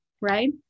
right